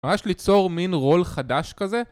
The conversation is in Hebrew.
ממש ליצור מין רול חדש כזה